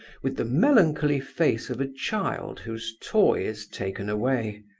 with the melancholy face of a child whose toy is taken away.